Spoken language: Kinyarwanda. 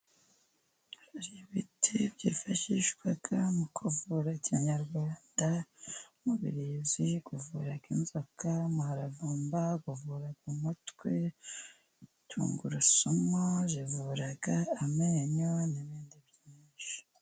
Hari ibiti byifashishwa mu kuvura kinyarwanda, umubirizi uvura inzoka, umuharavumba uvura umutwe, tungurusumu zivura amenyo, n'ibindi byinshi.